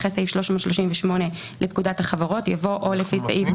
אחרי "סעיף 338 לפקודת החברות" יבוא "או לפי סעיף